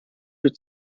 für